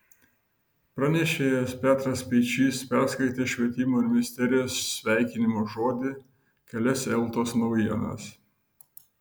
pranešėjas petras speičys perskaitė švietimo ministerijos sveikinimo žodį kelias eltos naujienas